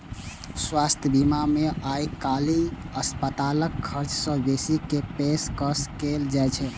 स्वास्थ्य बीमा मे आइकाल्हि अस्पतालक खर्च सं बेसी के पेशकश कैल जाइ छै